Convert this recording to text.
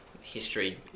history